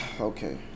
Okay